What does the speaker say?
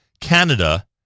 Canada